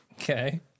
Okay